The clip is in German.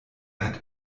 hat